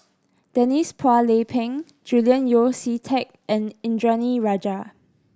Denise Phua Lay Peng Julian Yeo See Teck and Indranee Rajah